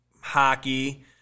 hockey